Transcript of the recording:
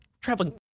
traveling